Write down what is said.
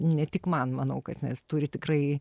ne tik man manau kad nes turi tikrai